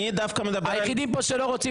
אני דווקא מדבר על --- היחידים פה שלא רוצים